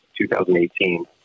2018